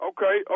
Okay